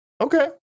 okay